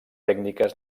tècniques